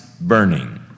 burning